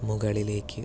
മുകളിലേക്ക്